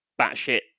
batshit